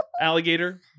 Alligator